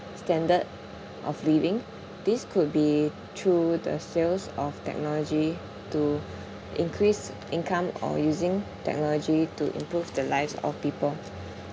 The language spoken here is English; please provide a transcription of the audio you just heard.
standard of living this could be through the sales of technology to increase income or using technology to improve the lives of people